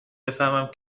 بفهمم